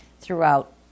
throughout